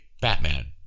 Batman